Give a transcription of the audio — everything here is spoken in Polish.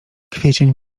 kwiecień